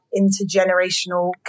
intergenerational